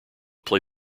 play